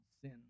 sin